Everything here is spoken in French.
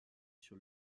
sur